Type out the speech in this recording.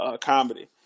comedy